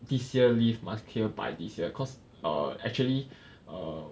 this year leave must clear by this year cause err actually err